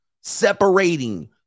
separating